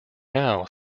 now